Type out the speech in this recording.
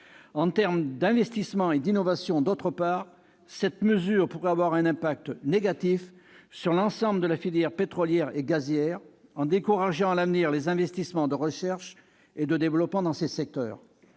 En termes d'investissements et d'innovation, d'autre part, cette mesure pourrait avoir un impact négatif sur l'ensemble de la filière pétrolière et gazière, en décourageant à l'avenir les investissements de recherche et de développement dans ces secteurs.